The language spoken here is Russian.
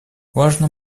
важно